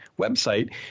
website